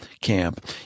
camp